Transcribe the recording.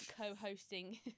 co-hosting